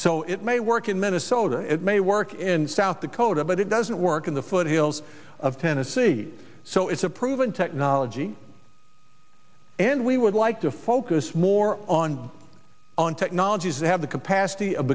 so it may work in minnesota it may work in south dakota but it doesn't work in the foothills of tennessee so it's a proven technology and we would like to focus more on on technologies that have the capacity